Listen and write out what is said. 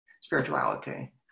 spirituality